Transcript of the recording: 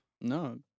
No